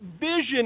vision